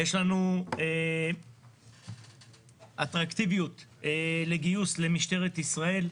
יש לנו אטרקטיביות לגיוס למשטרת ישראל.